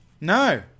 No